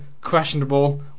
questionable